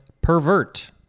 pervert